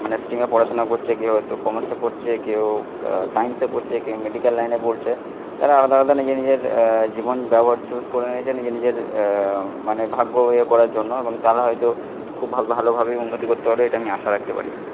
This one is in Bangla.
মানে স্ট্রিমে পড়াশোনা করছে কেউ হয়তো কমার্সে পড়ছে কেউ সায়েন্সে পড়ছে কেউ মেডিকেল লাইনে পড়ছে তারা আলাদা আলাদা নিজের নিজের জীবন ব্যবহার্য করে নিয়েছে নিজের নিজের মানে ভাগ্য ইয়ে করার জন্য এবং তারা হয়তো খুব ভালোভাবেই উন্নতি করতে পারবে এটা আমি আশা রাখতে পারি